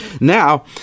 now